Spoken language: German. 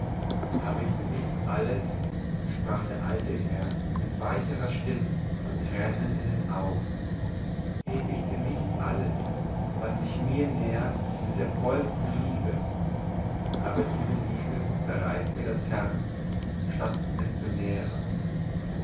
hege ich denn nicht alles sprach der alte herr mit weicherer stimme und tränen in den augen hege ich denn nicht alles was sich mir nähert mit der vollsten liebe aber diese liebe zerreißt mir das herz statt es zu nähren